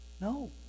No